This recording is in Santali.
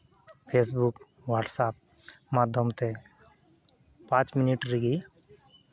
ᱯᱷᱮᱥᱵᱩᱠ ᱦᱳᱣᱟᱴᱥᱮᱯ ᱢᱟᱫᱽᱫᱷᱚᱢ ᱛᱮ ᱯᱟᱸᱪ ᱢᱤᱱᱤᱴ ᱨᱮᱜᱮ